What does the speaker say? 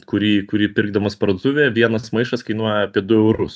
kurį kurį pirkdamas parduotuvėje vienas maišas kainuoja apie du eurus